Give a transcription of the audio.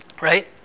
Right